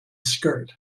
skirt